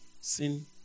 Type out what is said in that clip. Sin